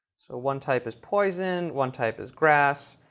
so one type is poison, one type is grass,